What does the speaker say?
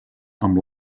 amb